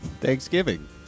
Thanksgiving